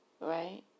Right